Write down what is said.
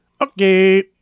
Okay